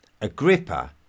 Agrippa